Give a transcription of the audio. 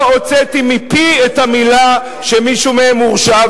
לא הוצאתי מפי את המלה שמישהו מהם הורשע,